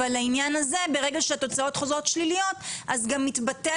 אבל לעניין הזה ברגע שהתוצאות חוזרות שליליות אז גם מתבטל